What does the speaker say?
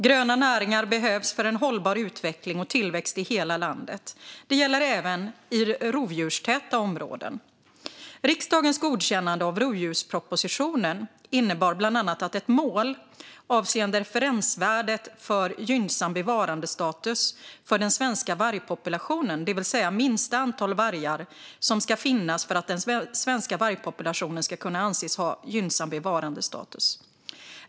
Gröna näringar behövs för en hållbar utveckling och tillväxt i hela landet, det gäller även i rovdjurstäta områden. Riksdagens godkännande av rovdjurspropositionen innebar bland annat ett mål avseende referensvärdet för gynnsam bevarandestatus för den svenska vargpopulationen, det vill säga det minsta antal vargar som ska finnas för att den svenska vargpopulationen ska kunna anses ha en gynnsam bevarandestatus.